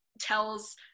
tells